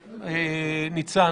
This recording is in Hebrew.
באופן מוגבל.